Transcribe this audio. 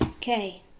Okay